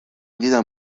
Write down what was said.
دیدم